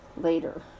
Later